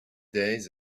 days